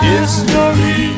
History